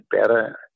better